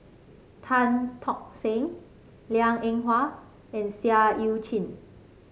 Tan Tock San Liang Eng Hwa and Seah Eu Chin